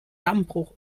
dammbruch